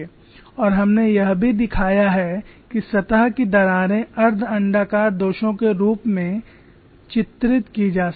और हमने यह भी दिखाया है कि सतह की दरारें अर्ध अण्डाकार दोषों के रूप में चित्रित की जा सकती हैं